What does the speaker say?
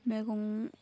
मेगं